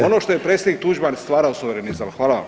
Ono što je predsjednik Tuđman stvarao, suverenizam.